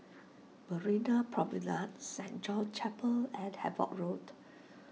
Marina Promenade Saint John's Chapel and Havelock Road